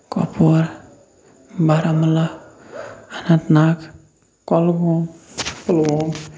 Kupwara Baramulla Anantnag Kulgam Pulwama